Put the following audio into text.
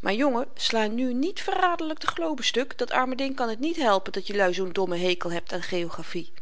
maar jongen sla nu niet verraderlyk de globe stuk dat arme ding kan t niet helpen dat jelui zoo'n dommen hekel hebt aan geografie